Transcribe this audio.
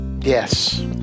Yes